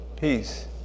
Peace